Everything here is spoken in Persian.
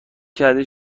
کردی